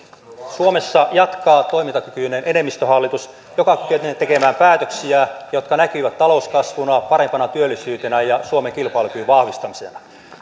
suomessa jatkaa toimintakykyinen enemmistöhallitus joka kykenee tekemään päätöksiä jotka näkyvät talouskasvuna parempana työllisyytenä ja suomen kilpailukyvyn vahvistamisena